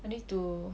I need to